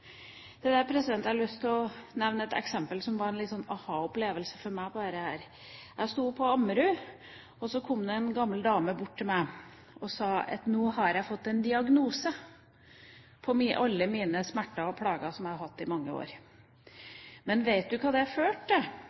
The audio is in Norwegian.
Til det har jeg lyst til å nevne et eksempel som var en slags aha-opplevelse for meg. Jeg var på Ammerud, og så kom det en gammel dame bort til meg og sa: Nå har jeg fått en diagnose på alle mine smerter og plager som jeg har hatt i mange år, men vet du hva det førte til? Det førte til